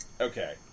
Okay